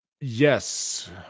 yes